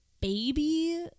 baby